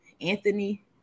Anthony